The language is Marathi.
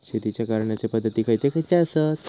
शेतीच्या करण्याचे पध्दती खैचे खैचे आसत?